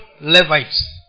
Levites